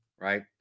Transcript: right